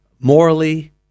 morally